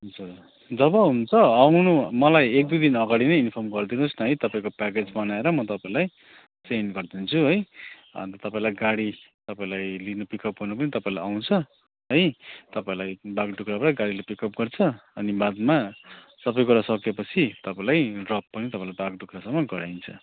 हुन्छ जब हुन्छ आउनु मलाई एक दुई दिन अगाडि नै इम्फर्म गरिदिनुहोस् न है तपाईँको प्याकेज बनाएर म तपाईँलाई सेन्ड गरिदिन्छु है अन्त तपाईँलाई गाडी तपाईँलाई लिनु पिक अप गर्नु पनि तपाईँलाई आउँछ है तपाईँलाई बागडुग्राबाट गाडीले पिक अप गर्छ अनि बादमा सबै कुरा सकेपछि तपाईँलाई ड्रप पनि तपाईँलाई बागडुग्रासम्म गराइन्छ